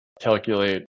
calculate